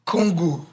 Congo